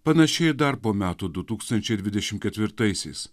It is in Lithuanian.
panaši į dar po metų du tūkstančiai dvidešim ketvirtaisiais